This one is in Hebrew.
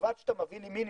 ובלבד שאתה מביא לי מינימום.